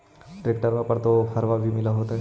ट्रैक्टरबा पर तो ओफ्फरबा भी मिल होतै?